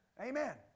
Amen